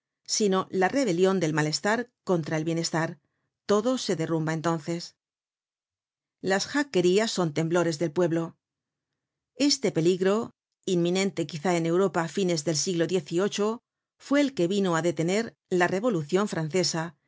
sino la rebelion del malestar contra el bienestar todo se derrumba entonces las jacquerlas son temblores del pueblo este peligro inminente quizá en europa á fines del siglo xviii fue el que vino á detener la revoliüccion francesa